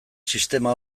sistema